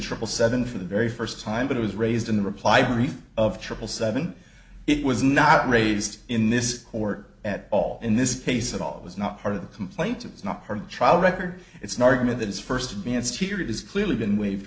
triple seven for the very first time but it was raised in the reply brief of triple seven it was not raised in this court at all in this case at all it was not part of the complaint is not part of the trial record it's not an issue that is first be it's here it is clearly been waive